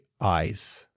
eyes